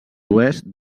oest